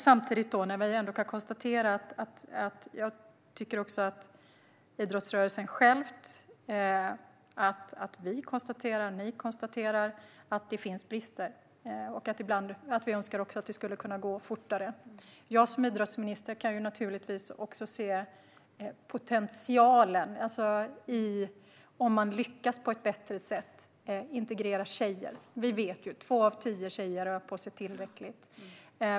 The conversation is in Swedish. Samtidigt konstaterar vi, ni och idrottsrörelsen själv att det finns brister, och vi önskar ibland att vi skulle kunna gå fortare fram. Som idrottsminister kan jag naturligtvis också se potentialen om man lyckas integrera tjejer på ett bättre sätt. Vi vet att bara två av tio tjejer rör på sig tillräckligt.